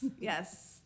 Yes